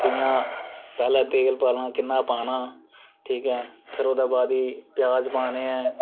कि'यां पैहलां तेल पाना किन्ना पाना ठीक ऐ फिर ओह्दे बाद ई प्याज पाने ऐं